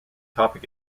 topic